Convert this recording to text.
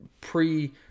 pre